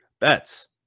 Bets